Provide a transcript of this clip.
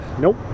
Nope